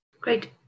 Great